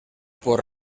por